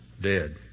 dead